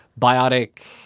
biotic